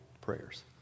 prayers